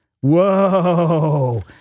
Whoa